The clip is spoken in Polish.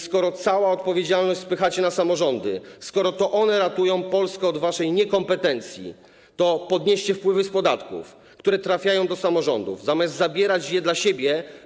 Skoro całą odpowiedzialność spychacie na samorządy, skoro to one ratują Polskę od waszej niekompetencji, to podnieście wpływy z podatków, które trafiają do samorządów, zamiast zabierać je dla siebie.